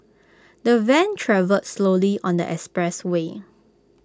the van travelled slowly on the expressway